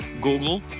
Google